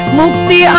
mukti